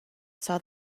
saw